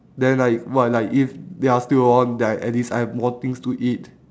then like what like if they're still all there at least I have more things to eat